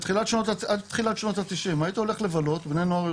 עד תחילת שנות ה-90' בני נוער היו